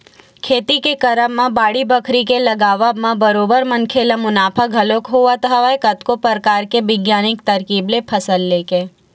खेती के करब म बाड़ी बखरी के लगावब म बरोबर मनखे ल मुनाफा घलोक होवत हवय कतको परकार के बिग्यानिक तरकीब ले फसल लेके